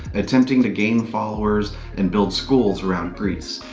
attempting to gain followers and build schools around greece.